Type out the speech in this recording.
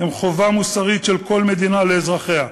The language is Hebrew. אלא חובה מוסרית של כל מדינה לאזרחיה,